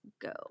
Go